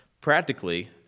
Practically